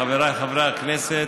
חבריי חברי הכנסת,